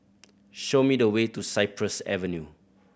show me the way to Cypress Avenue